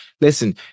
Listen